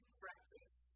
practice